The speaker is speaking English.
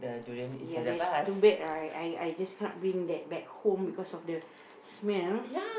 ya that's too bad right I I just can't bring that back home because of the smell